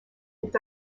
est